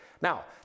Now